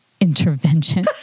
intervention